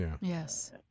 Yes